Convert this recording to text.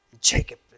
Jacob